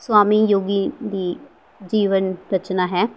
ਸੁਆਮੀ ਯੋਗੀ ਦੀ ਜੀਵਨ ਰਚਨਾ ਹੈ